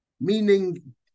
meaning